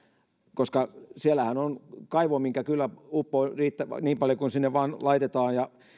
koska siellähän on kaivo mihinkä kyllä uppoaa niin paljon kuin sinne vain laitetaan